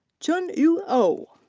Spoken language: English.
chun yu ou.